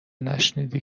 نشنیدی